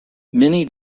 minnie